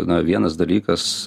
na vienas dalykas